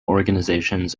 organizations